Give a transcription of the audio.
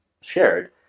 shared